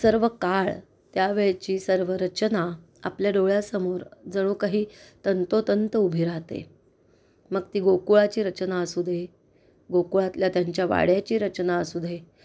सर्व काळ त्या वेळची सर्व रचना आपल्या डोळ्यासमोर जणू कही तंतोतंत उभी राहते मग ती गोकुळाची रचना असू दे गोकुळातल्या त्यांच्या वाड्याची रचना असू दे